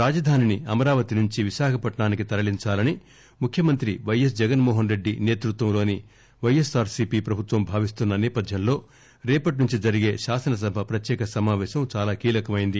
రాజధానిని అమరావతి నుంచి విశాఖపట్నానికి తరలించాలని ముఖ్యమంత్రి వైఎస్ జగన్మోహన్ రెడ్డి నేతృత్వంలోని వైఎస్సార్ సీపీ ప్రభుత్వం భావిస్తున్న నేపథ్యంలో రేపట్నుంచి జరిగే శాసనసభ ప్రత్యేక సమాపేశం చాలా కీలకమైంది